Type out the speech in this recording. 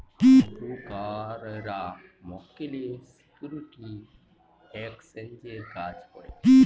ব্রোকাররা মক্কেলের সিকিউরিটি এক্সচেঞ্জের কাজ করে